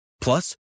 Plus